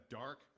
dark